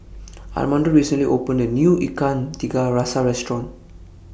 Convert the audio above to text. Armando recently opened A New Ikan Tiga Rasa Restaurant